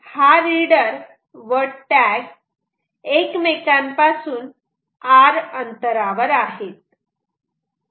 आणि हा रीडर व टॅग एकमेकां पासून r अंतरावर आहेत